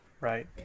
right